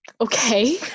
Okay